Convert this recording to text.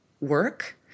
work